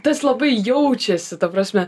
tas labai jaučiasi ta prasme